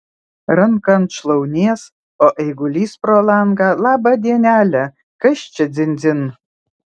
ranką ant šlaunies o eigulys pro langą labą dienelę kas čia dzin dzin